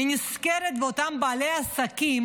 אני נזכרת באותם בעלי עסקים